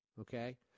Okay